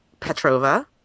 Petrova